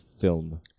film